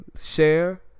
share